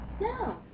No